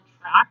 track